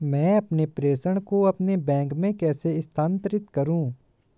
मैं अपने प्रेषण को अपने बैंक में कैसे स्थानांतरित करूँ?